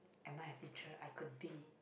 am I a teacher I could be